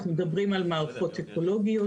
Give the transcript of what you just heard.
מערכות אקולוגיות,